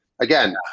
again